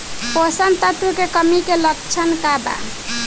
पोषक तत्व के कमी के लक्षण का वा?